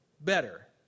better